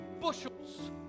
bushels